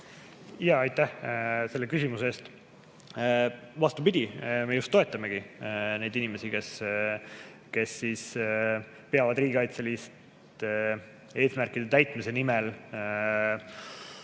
Aitäh selle küsimuse eest! Vastupidi, me just toetamegi neid inimesi, kes peavad riigikaitseliste eesmärkide täitmise nimel